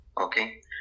okay